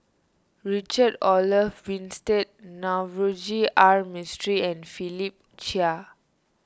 Richard Olaf Winstedt Navroji R Mistri and Philip Chia